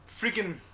Freaking